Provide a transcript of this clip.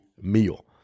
meal